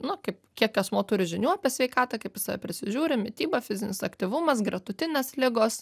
nu kaip kiek asmuo turi žinių apie sveikatą kaip jis save prisižiūri mityba fizinis aktyvumas gretutinės ligos